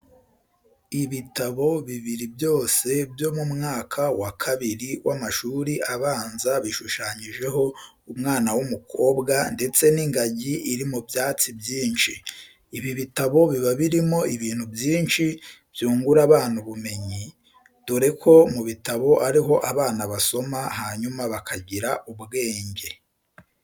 Ibitabo bibiri byose byo mu mwaka wa kabiri w'amashuri abanza bishushanyijeho umwana w'umukobwa ndetse n'ingagi iri mu byatsi byinshi. Ibi bitabo biba birimo ibintu byinshi byungura abana ubumenyi, dore ko mu bitabo ariho abana basoma hanyuma bakagira ubwenge.